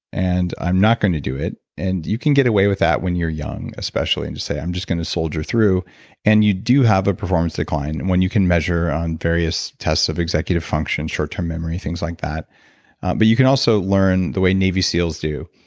and i'm not going to do it and you can get away with that when you're young, especially, and say, i'm just going to soldier through and you do have a performance decline when you can measure on various tests of executive function, short term memory, things like that but you can also learn the way navy seals do,